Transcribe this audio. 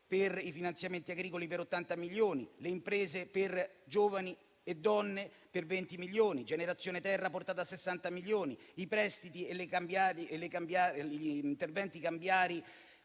per i finanziamenti agricoli per 80 milioni; le imprese per giovani e donne per 20 milioni, Generazione Terra li ha portati a 60 milioni; i prestiti e gli interventi cambiari